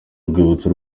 urwibutso